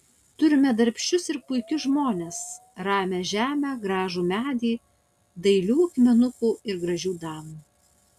turime darbščius ir puikius žmones ramią žemę gražų medį dailių akmenukų ir gražių damų